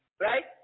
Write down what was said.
right